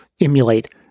emulate